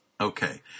Okay